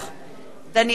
דניאל אילון,